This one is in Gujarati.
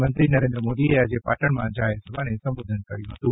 પ્રધાનમંત્રી શ્રી નરેન્દ્ર મોદીએ આજે પાટણમાં જાહેરસભાને સંબોધન કર્યું હતું